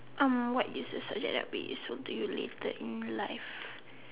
um what is the subject that will be useful to you later in life